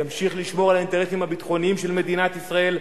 ימשיך לשמור על האינטרסים הביטחוניים של מדינת ישראל,